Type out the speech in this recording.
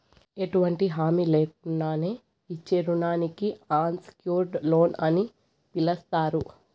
ఎటువంటి హామీ లేకున్నానే ఇచ్చే రుణానికి అన్సెక్యూర్డ్ లోన్ అని పిలస్తారు